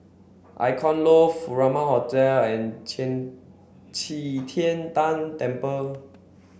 Icon Loft Furama Hotel and Qian Qi Tian Tan Temple